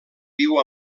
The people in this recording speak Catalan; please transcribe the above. viu